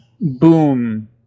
boom